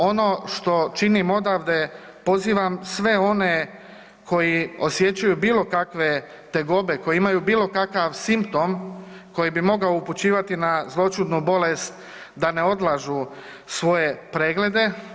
Ono što činim odavde, pozivam sve one koji osjećaju bilo kakve tegobe, koje imaju bilo kakav simptom koji bi mogao upućivati na zloćudnu bolest da ne odlažu svoje preglede.